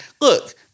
Look